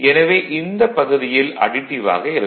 எனவே இந்தப் பகுதியில் அடிட்டிவ் ஆக இருக்கும்